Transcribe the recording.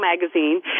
magazine